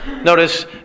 Notice